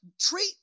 treat